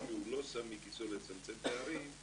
מה שהוא לא שם מכיסו לצמצם פערים,